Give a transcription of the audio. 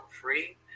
free